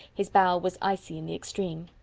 his bow was icy in the extreme.